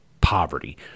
poverty